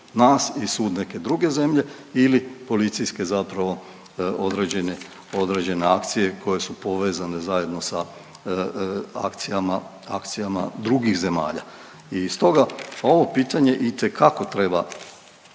nas i sud neke druge zemlje ili policijske određene akcije koje su povezane zajedno sa akcijama drugih zemalja. I stoga ovo pitanje itekako treba